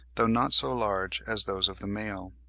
though not so large as those of the male.